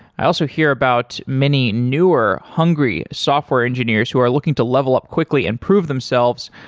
i also hear about many newer, hungry software engineers who are looking to level up quickly and prove themselves